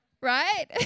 right